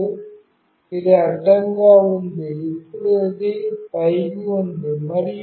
ఇప్పుడు ఇది అడ్డంగా ఉంది ఇప్పుడు అది పైకి ఉంది